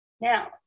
Now